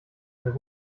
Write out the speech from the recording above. mehr